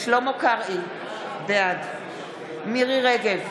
שלמה קרעי, בעד מירי מרים רגב,